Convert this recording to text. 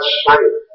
straight